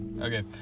Okay